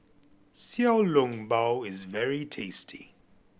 Xiao Long Bao is very tasty